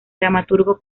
dramaturgo